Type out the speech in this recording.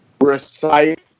recite